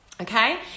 Okay